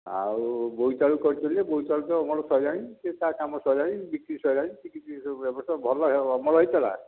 ଆଉ ବୋଇତିଆଳୁ କରିଥିଲି ଯେ ବୋଇତିଆଳୁ ତ ଅମଳ ସରିଲାଣି ସିଏ ତା କାମ ସରିଲାଣି ବିକ୍ରି ସରିଲାଣି ବିକ୍ରି କରି ଏ ବର୍ଷ ଭଲ ଅମଳ ହୋଇଥିଲା